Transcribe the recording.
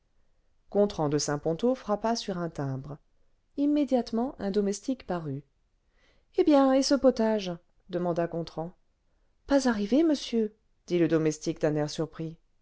gontran de saint ponto frappa sur un timbre immédiatement un domestique parut eh bien et ce potage demanda gontran pas arrivé monsieur dit le domestique d'un air surpris